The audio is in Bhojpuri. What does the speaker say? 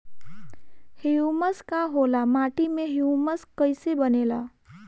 ह्यूमस का होला माटी मे ह्यूमस कइसे बनेला?